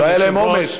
לא היה להם אומץ.